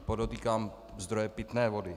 Podotýkám zdroje pitné vody.